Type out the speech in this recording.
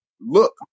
look